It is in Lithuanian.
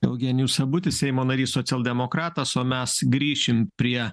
eugenijus sabutis seimo narys socialdemokratas o mes grįšim prie